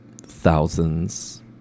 thousands